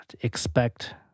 expect